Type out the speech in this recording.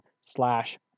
slash